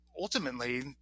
Ultimately